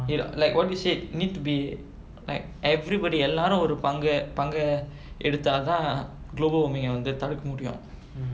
like what you say need to be like everybody எல்லாரும் ஒரு பங்க பங்கு எடுத்தாதா:ellaarum oru panga pangu eduthaathaa global warming வந்து தடுக்க முடியும்:vanthu thadukka mudiyum